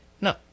No